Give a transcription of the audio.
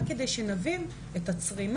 רק שנבין כמה זה צורם